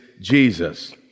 Jesus